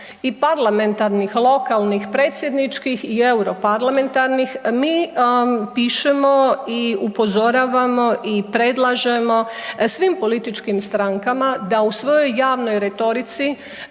i parlamentarnih, lokalnih, predsjedničkih i europarlamentarnih mi pišemo i upozoravamo i predlažemo svim političkim strankama da u svojoj javnoj retorici